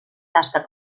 tasca